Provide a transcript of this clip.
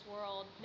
world